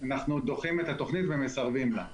אנחנו דוחים את התוכנית ומסרבים לה.